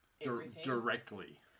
Directly